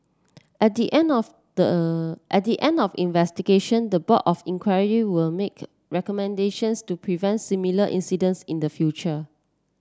at the end of the at the end of investigation the board of inquiry will make recommendations to prevent similar incidents in the future